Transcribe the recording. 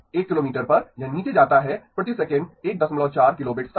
1 kilometre पर यह नीचे जाता है प्रति सेकंड 14 किलोबिट्स तक